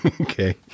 Okay